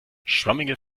schwammige